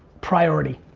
priority.